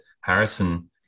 Harrison